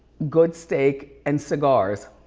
good steak and cigars.